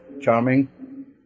charming